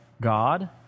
God